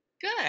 Good